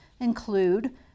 include